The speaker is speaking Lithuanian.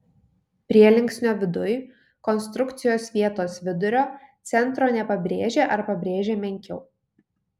prielinksnio viduj konstrukcijos vietos vidurio centro nepabrėžia ar pabrėžia menkiau